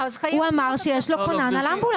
הוא אמר שיש לו כונן על אמבולנס.